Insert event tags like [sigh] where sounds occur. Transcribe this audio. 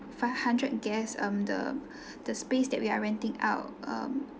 five hundred guests um the [breath] the space that we are renting out um